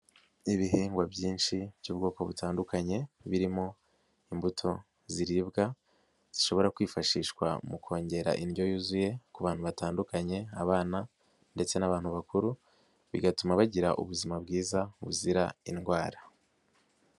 Ibihingwa byinshi by'ubwoko butandukanye birimo imbuto ziribwa zishobora kwifashishwa mu kongera indyo yuzuye ku bantu batandukanye abana ndetse n'abantu bakuru, bigatuma bagira ubuzima bwiza buzira indwara.